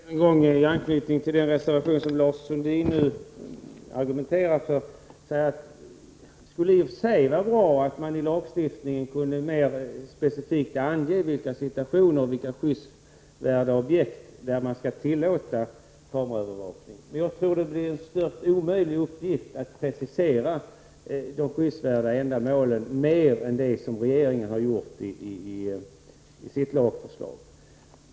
Fru talman! Får jag med anknytning till den reservation som Lars Sundin nu argumenterar för säga att det i och för sig skulle vara bra om man i lagstiftningen mera specifikt kunde ange vid vilka situationer och vid vilka skyddsvärda objekt det är tillåtet med TV-övervakning. Men jag tror att det blir en stört omöjlig uppgift att precisera de skyddsvärda ändamålen mer än vad regeringen har gjort i sitt förslag.